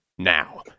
now